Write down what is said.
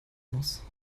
muss